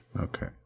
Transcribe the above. Okay